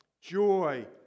joy